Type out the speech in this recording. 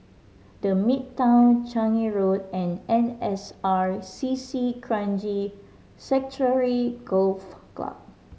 The Midtown Changi Road and N S R C C Kranji Sanctuary Golf Club